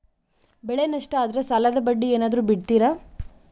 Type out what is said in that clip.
ಬೆಳೆ ನಷ್ಟ ಆದ್ರ ಸಾಲದ ಬಡ್ಡಿ ಏನಾದ್ರು ಬಿಡ್ತಿರಾ?